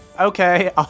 Okay